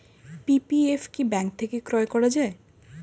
PPF কি bank থেকে ক্রয় করা যায়?